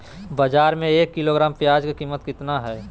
बाजार में एक किलोग्राम प्याज के कीमत कितना हाय?